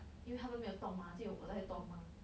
因为他们没有动 mah 只有我在动 mah